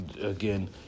again